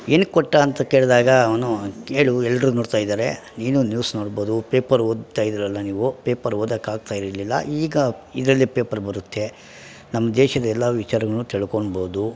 ಏನಕ್ಕೆ ಕೊಟ್ಟ ಅಂತ ಕೇಳಿದಾಗ ಅವನು ಕೇಳು ಎಲ್ಲರು ನೋಡ್ತಾಯಿದಾರೆ ನೀನು ನ್ಯೂಸ್ ನೋಡ್ಬೌದು ಪೇಪರ್ ಓದ್ತಾಯಿದ್ರಲ್ಲ ನೀವು ಪೇಪರ್ ಓದಾಕ್ಕಾಗ್ತಾಯಿರಲಿಲ್ಲ ಈಗ ಇದರಲ್ಲಿ ಪೇಪರ್ ಬರುತ್ತೆ ನಮ್ಮ ದೇಶದ ಎಲ್ಲ ವಿಚಾರಗಳ್ನು ತಿಳ್ಕೊಣ್ಬೋದು